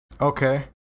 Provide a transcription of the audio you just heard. Okay